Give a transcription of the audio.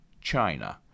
China